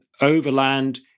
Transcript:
overland